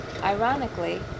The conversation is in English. Ironically